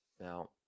Now